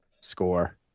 score